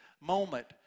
moment